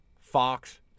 Fox